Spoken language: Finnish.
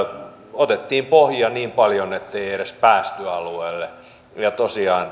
otettiin pohjia niin paljon ettei edes päästy alueelle ja tosiaan